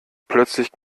plötzlich